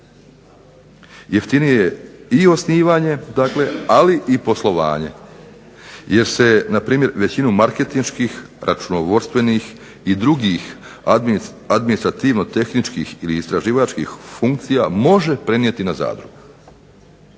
Jeftinije je i osnivanje dakle, ali i poslovanje jer se npr. većinu marketinških, računovodstvenih i drugih administrativno-tehničkih ili istraživački funkcija može prenijeti na zadrugu.